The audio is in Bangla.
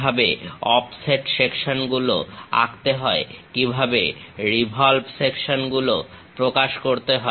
কিভাবে অফসেট সেকশনগুলো আঁকতে হয় কিভাবে রিভলভ সেকশনগুলো প্রকাশ করতে হয়